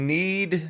need